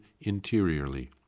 interiorly